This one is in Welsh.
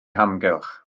hamgylch